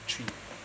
three